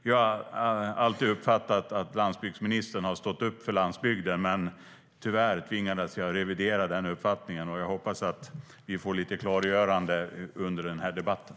Jag har alltid uppfattat att landsbygdsministern har stått upp för landsbygden, men tyvärr tvingades jag revidera den uppfattningen. Jag hoppas att vi får lite klargöranden under debatten.